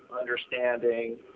understanding